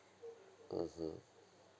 mmhmm